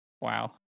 Wow